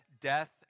death